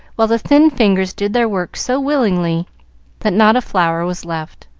while the thin fingers did their work so willingly that not a flower was left.